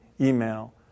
email